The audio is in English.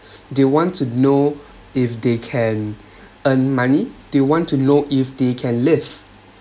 they want to know if they can earn money they want to know if they can live